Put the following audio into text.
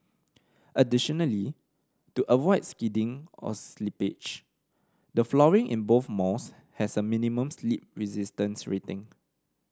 additionally to avoid skidding or slippage the flooring in both malls has a minimum slip resistance rating